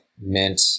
mint